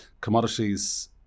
commodities